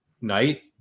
night